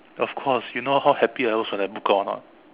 of course you know how happy I was when I book out or not